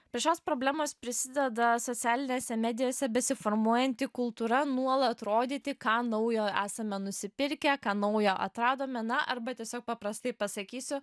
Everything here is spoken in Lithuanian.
prie šios problemos prisideda socialinėse medijose besiformuojanti kultūra nuolat rodyti ką naujo esame nusipirkę ką naujo atradome na arba tiesiog paprastai pasakysiu